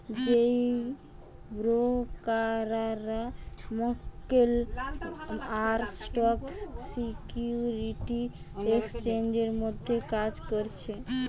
যেই ব্রোকাররা মক্কেল আর স্টক সিকিউরিটি এক্সচেঞ্জের মধ্যে কাজ করছে